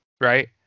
right